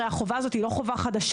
הרי החובה הזאת היא לא חובה חדשה.